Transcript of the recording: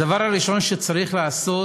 הדבר הראשון שצריך לעשות